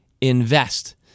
invest